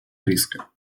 риска